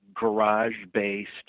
garage-based